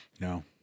No